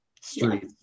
street